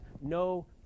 no